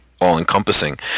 all-encompassing